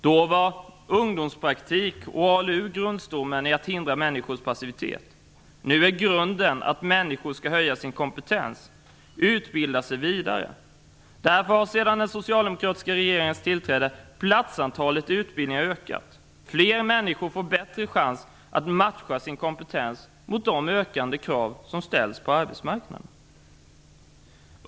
Då var ungdomspraktik och ALU grundstommen i att hindra människors passivitet. Nu är grunden att människor skall höja sin kompetens och utbilda sig vidare. Därför har sedan den socialdemokratiska regeringens tillträde antalet utbildningsplatser ökat. Fler människor får bättre chans att matcha sin kompetens mot de ökande krav som ställs på arbetsmarknaden.